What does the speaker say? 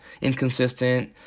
inconsistent